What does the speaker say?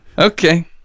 okay